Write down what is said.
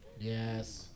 Yes